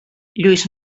lluís